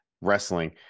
wrestling